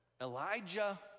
Elijah